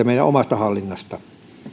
meidän omasta hallinnastamme